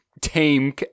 tame